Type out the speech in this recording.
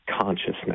consciousness